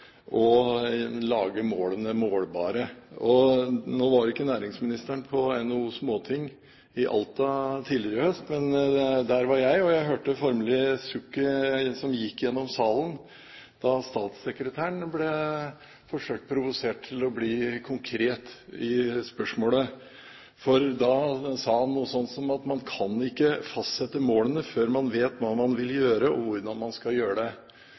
lage målene målbare. Nå var ikke næringsministeren på NHOs Småting i Alta tidligere i høst, men der var jeg, og jeg hørte formelig sukket som gikk gjennom salen da statssekretæren ble forsøkt provosert til å forholde seg konkret til spørsmålet. Da sa han noe sånt som at man kan ikke fastsette målene før man vet hva man vil gjøre, og hvordan man skal gjøre det.